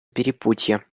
перепутье